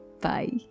Bye